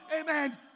amen